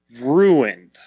ruined